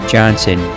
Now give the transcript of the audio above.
Johnson